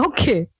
Okay